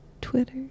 twitter